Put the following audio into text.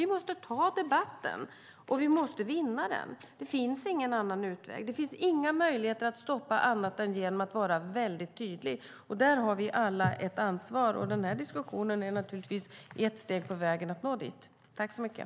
Vi måste ta debatten, och vi måste vinna den. Det finns ingen annan utväg. Det finns inga möjligheter att stoppa detta annat än genom att vara väldigt tydlig. Där har vi alla ett ansvar, och den här diskussionen är naturligtvis ett steg på vägen dit.